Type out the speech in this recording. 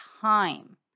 time